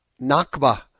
Nakba